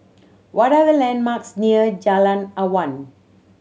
what are the landmarks near Jalan Awan